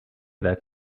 that